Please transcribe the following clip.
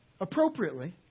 appropriately